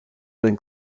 been